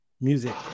music